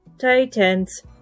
Titans